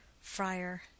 friar